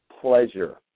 pleasure